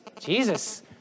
Jesus